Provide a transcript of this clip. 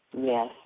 Yes